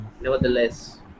nevertheless